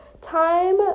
time